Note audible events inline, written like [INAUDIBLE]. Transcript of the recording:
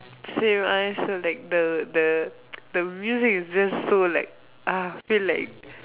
same I also like the the [NOISE] the music is just so like ah feel like